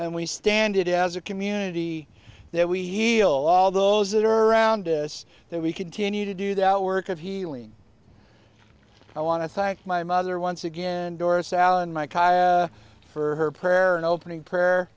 and we stand it as a community that we heal all those that are around us that we continue to do that work of healing i want to thank my mother once again and doris allen my tire for her prayer and opening prayer